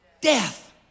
death